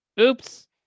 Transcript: oops